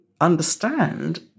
understand